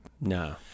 No